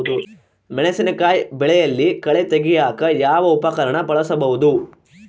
ಮೆಣಸಿನಕಾಯಿ ಬೆಳೆಯಲ್ಲಿ ಕಳೆ ತೆಗಿಯಾಕ ಯಾವ ಉಪಕರಣ ಬಳಸಬಹುದು?